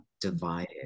divided